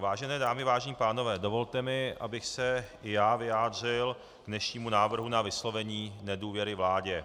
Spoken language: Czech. Vážené dámy, vážení pánové, dovolte mi, abych se i já vyjádřil k dnešnímu návrhu na vyslovení nedůvěry vládě.